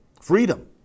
freedom